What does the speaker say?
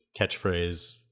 catchphrase